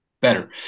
better